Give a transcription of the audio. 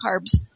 carbs